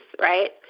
right